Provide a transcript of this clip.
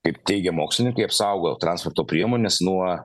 kaip teigia mokslininkai apsaugo transporto priemones nuo